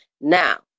Now